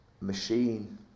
machine